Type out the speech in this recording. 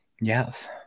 yes